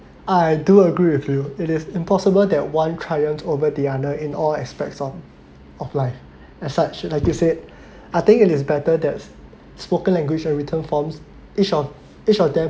I do agree with you it is impossible that one triumphs over the other in all aspects of of life as such like you said I think it is better that spoken english in written forms each of each of them